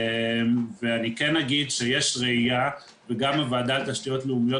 ואני כן אגיד שיש ראייה וגם הוועדה לתשתיות לאומיות